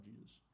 Jesus